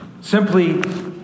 Simply